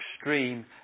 extreme